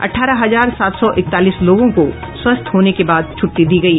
अठारह हजार सात सौ इक्तालीस लोगों को स्वस्थ होने के बाद छुट्टी दी गयी